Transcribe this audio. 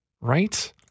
right